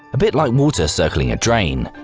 a bit like water circling a drain,